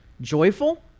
Joyful